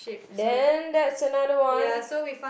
then that's another one